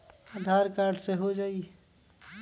आधार card से हो जाइ?